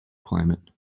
climate